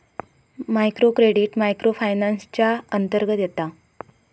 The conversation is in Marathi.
मायक्रो क्रेडिट मायक्रो फायनान्स च्या अंतर्गत येता